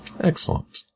Excellent